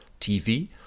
tv